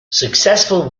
successful